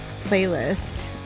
playlist